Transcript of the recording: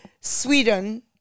Sweden